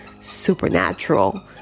supernatural